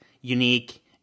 unique